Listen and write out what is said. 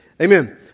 Amen